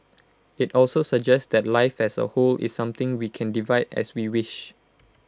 IT also suggests that life as A whole is something we can divide as we wish